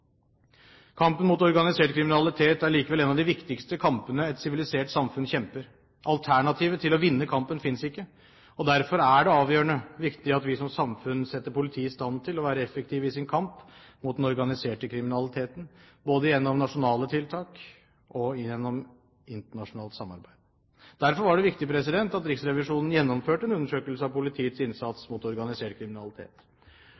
Kampen mot organisert kriminalitet er likevel en av de viktigste kampene et sivilisert samfunn kjemper. Alternativet til å vinne kampen finnes ikke. Derfor er det avgjørende viktig at vi som samfunn setter politiet i stand til å være effektive i sin kamp mot den organiserte kriminaliteten, både gjennom nasjonale tiltak og gjennom internasjonalt samarbeid. Derfor var det viktig at Riksrevisjonen gjennomførte en undersøkelse av politiets